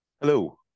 Hello